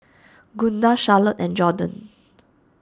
Gunda Charlottie and Jorden